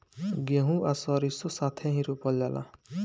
गेंहू आ सरीसों साथेही रोपल जाला